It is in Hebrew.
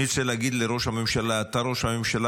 אני רוצה להגיד לראש הממשלה: אתה ראש הממשלה.